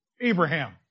Abraham